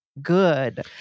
good